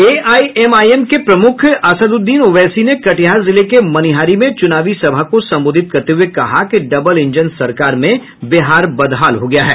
AIMIM के प्रमुख असददुद्दीन ओवैसी ने कटिहार जिले के मनिहारी में चुनावी सभा को संबोधित करते हुए कहा कि डबल इंजन सरकार में बिहार बदहाल हो गया है